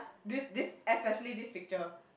this this especially this picture